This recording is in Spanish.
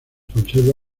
conserva